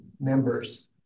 members